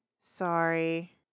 Sorry